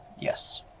yes